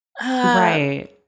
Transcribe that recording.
right